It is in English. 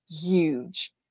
huge